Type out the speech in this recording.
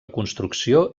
construcció